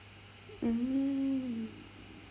mm